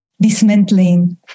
dismantling